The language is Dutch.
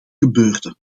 gebeurde